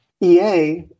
EA